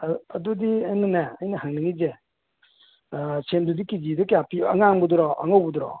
ꯑꯗꯣ ꯑꯗꯨꯗꯤ ꯑꯩꯅꯅꯦ ꯑꯩꯅ ꯍꯪꯅꯤꯡꯉꯤꯁꯦ ꯑꯥ ꯁꯦꯝꯗꯨꯗꯤ ꯀꯦ ꯖꯤꯗ ꯀꯌꯥ ꯄꯤ ꯑꯉꯥꯡꯕꯗꯨꯔꯣ ꯑꯉꯧꯕꯗꯨꯔꯣ